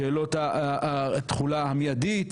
בשאלות התחולה המיידית.